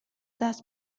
دست